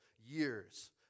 years